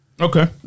Okay